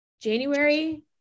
January